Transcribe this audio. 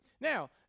Now